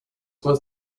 was